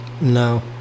No